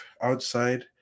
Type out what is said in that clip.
outside